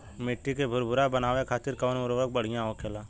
मिट्टी के भूरभूरा बनावे खातिर कवन उर्वरक भड़िया होखेला?